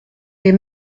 les